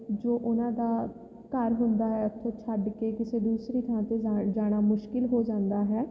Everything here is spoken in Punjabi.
ਜੋ ਉਹਨਾਂ ਦਾ ਘਰ ਹੁੰਦਾ ਹੈ ਉੱਥੋਂ ਛੱਡ ਕੇ ਕਿਸੇ ਦੂਸਰੀ ਥਾਂ 'ਤੇ ਜਾ ਜਾਣਾ ਮੁਸ਼ਕਲ ਹੋ ਜਾਂਦਾ ਹੈ